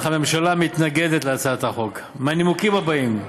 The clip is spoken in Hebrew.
הממשלה מתנגדת להצעת החוק מהנימוקים הבאים,